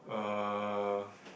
ah